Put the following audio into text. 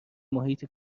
محیط